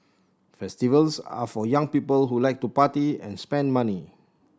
festivals are for young people who like to party and spend money